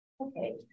Okay